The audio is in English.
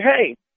hey